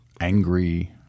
angry